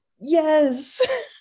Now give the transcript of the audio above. yes